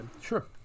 sure